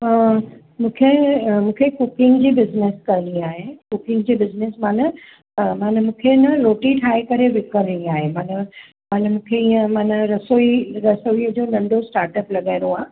त मूंखे मूंखे कुकिंग जी बिज़नेस करणी आहे कुकिंग जी बिज़नेस माना माना मूंखे न रोटी ठाहे करे विकिरणी आहे माना मूंखे इअं माना रसोई रसोईअ जो नंढो स्टार्टअप लॻाइणो आहे